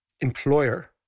employer